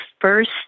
first